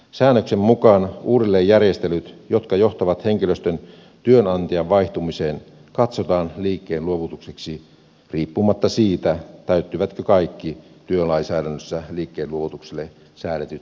säännöksen mukaan uudelleenjärjestelyt jotka johtavat henkilöstön työnantajan vaihtumiseen katsotaan liikkeenluovutukseksi riippumatta siitä täyttyvätkö kaikki työlainsäädännössä liikkeenluovutukselle säädetyt kriteerit